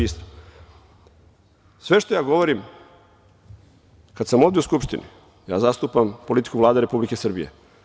Sve što ja govorim kad sam ovde u Skupštini, ja zastupam politiku Vlade Republike Srbije.